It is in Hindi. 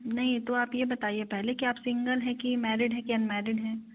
नहीं तो आप यह बताइए पहले कि आप सिंगल हैं कि मैरिड हैं कि अनमैरिड हैं